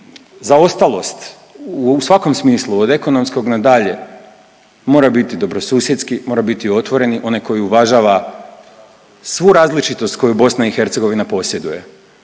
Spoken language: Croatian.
zaostalost u svakom smislu od ekonomskog na dalje mora biti dobrosusjedski, mora biti otvoreni onaj koji uvažava svu različitost koju BiH posjeduje